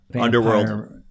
underworld